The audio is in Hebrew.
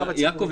יעקב,